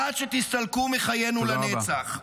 עד שתסתלקו מחיינו לנצח.